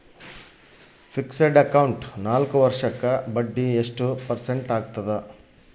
Fixed account ನಾಲ್ಕು ವರ್ಷಕ್ಕ ಬಡ್ಡಿ ಎಷ್ಟು ಪರ್ಸೆಂಟ್ ಆಗ್ತದ?